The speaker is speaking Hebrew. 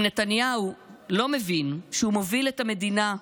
אם נתניהו לא מבין שהוא מוביל את המדינה,